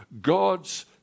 God's